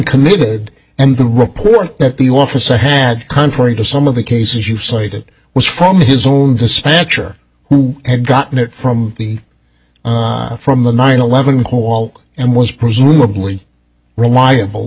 committed and the report that the officer had contrary to some of the cases you cited was from his own dispatcher who had gotten it from the from the nine eleven call and was presumably reliable